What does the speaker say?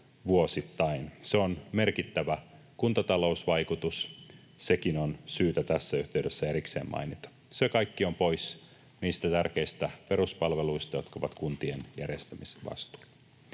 Se on merkittävä kuntatalousvaikutus. Sekin on syytä tässä yhteydessä erikseen mainita. Se kaikki on pois niistä tärkeistä peruspalveluista, jotka ovat kuntien järjestämisvastuulla.